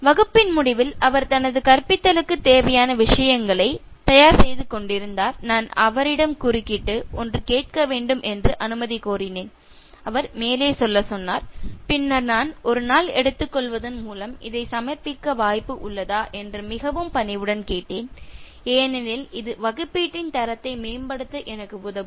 வகுப்பின் முடிவில் அவர் தனது கற்பித்தலுக்கு தேவையான விஷயங்களை தயார் செய்து கொண்டிருந்தார் நான் அவரிடம் குறுக்கிட்டு ஒன்று கேட்க வேண்டும் என்று அனுமதி கோரினேன் அவர் மேலே சொல்ல சொன்னார் பின்னர் நான் ஒரு நாள் எடுத்துக்கொள்வதன் மூலம் இதைச் சமர்ப்பிக்க வாய்ப்பு உள்ளதா என்று மிகவும் பணிவுடன் கேட்டேன் ஏனெனில் இது வகுப்பீட்டின் தரத்தை மேம்படுத்த எனக்கு உதவும்